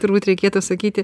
turbūt reikėtų sakyti